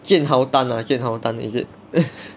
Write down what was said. jian hao tan ah jian hao tan is it